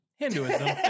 Hinduism